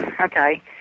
okay